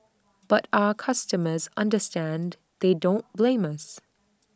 but our customers understand they don't blame us